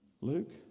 Luke